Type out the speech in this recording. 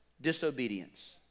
disobedience